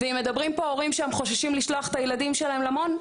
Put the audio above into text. ואם מדברים פה הורים שהם חוששים לשלוח את הילדים שלהם למעון,